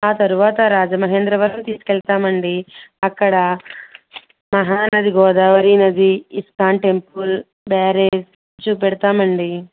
ఆ తరువాత రాజమహేంద్రవరం తీసుకెళతాము అండి అక్కడ మహానది గోదావరి నది ఇస్కాన్ టెంపుల్ బ్యారేజ్ చూపెడతాము అండి